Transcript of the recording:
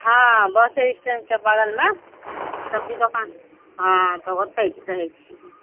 हाँ बसे स्टैण्डके बगलमऽ सब्जी दोकान हँ तऽ ओतय रहैत छी